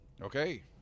Okay